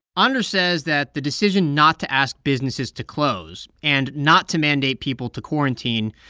ah anders says that the decision not to ask businesses to close and not to mandate people to quarantine,